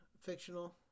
fictional